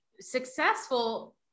successful